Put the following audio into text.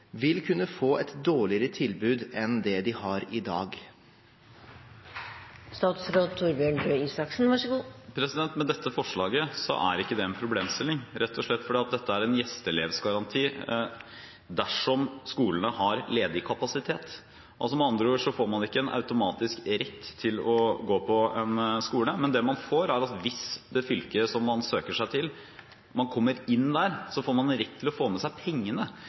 vil kunne få et dårligere tilbud enn det de har i dag? Med dette forslaget er ikke det en problemstilling, rett og slett fordi dette er en gjesteelevgaranti dersom skolene har ledig kapasitet. Med andre ord får man ikke en automatisk rett til å gå på en skole, men det man får, er en rett til å få med seg pengene